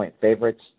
favorites